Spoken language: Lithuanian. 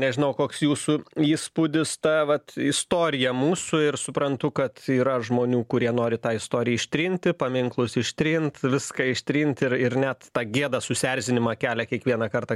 nežinau koks jūsų įspūdis ta vat istorija mūsų ir suprantu kad yra žmonių kurie nori tą istoriją ištrinti paminklus ištrint viską ištrint ir ir net tą gėdą susierzinimą kelia kiekvieną kartą